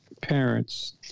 parents